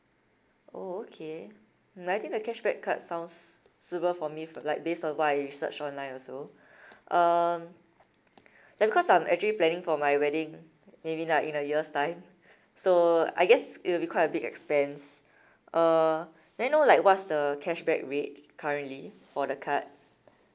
oh okay mm I think the cashback card sounds suitable for me for like based on what I research online also um ya because I'm actually planning for my wedding maybe like in a year's time so I guess it will be quite a big expense uh may I know like what's the cashback rate currently for the card